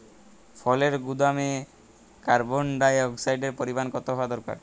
ফলের গুদামে কার্বন ডাই অক্সাইডের পরিমাণ কত হওয়া দরকার?